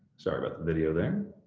sorry about the video there.